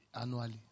annually